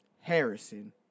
Harrison